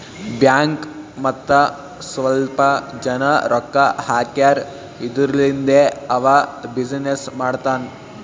bank ಮತ್ತ ಸ್ವಲ್ಪ ಜನ ರೊಕ್ಕಾ ಹಾಕ್ಯಾರ್ ಇದುರ್ಲಿಂದೇ ಅವಾ ಬಿಸಿನ್ನೆಸ್ ಮಾಡ್ತಾನ್